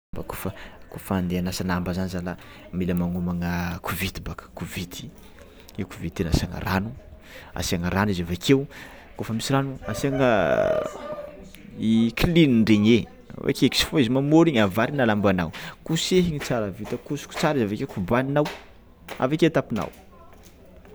Kôfa kôfa andeha hanasa lamba zany zalah mila magnomagna kovety boka kovety io kovety io asiagna rano, asiagna rano izy avakeo kôfa misy rano asiana i klin regny, ekeky izy fô izy mamory igny, avarigny lambanao, kosehiny tsara avakeo kosoko tsara izy avekeo kobaninao avakeo atapinao.